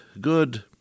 good